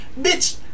Bitch